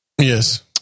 Yes